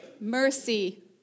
mercy